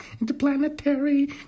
interplanetary